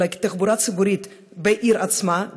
אלא כי התחבורה הציבורית בעיר עצמה,